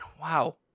Wow